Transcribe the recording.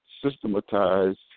systematized